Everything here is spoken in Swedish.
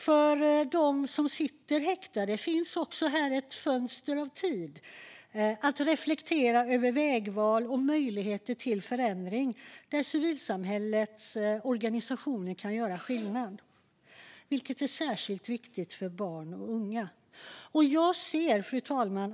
För dem som sitter häktade finns ett tidsfönster att reflektera över vägval och möjligheter till förändring, och här kan civilsamhällets organisationer göra skillnad, vilket är särskilt viktigt för barn och unga. Fru talman!